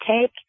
take